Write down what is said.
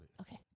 Okay